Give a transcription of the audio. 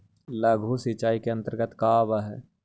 लघु सिंचाई के अंतर्गत का आव हइ?